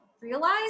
realize